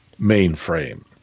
Mainframe